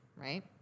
right